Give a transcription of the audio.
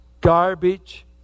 garbage